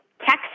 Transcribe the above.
Texas